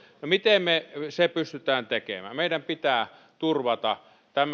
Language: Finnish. no miten me sen pystymme tekemään meidän pitää turvata